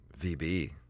VB